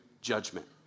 judgment